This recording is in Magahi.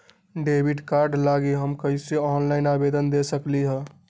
डेबिट कार्ड लागी हम कईसे ऑनलाइन आवेदन दे सकलि ह?